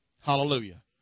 Hallelujah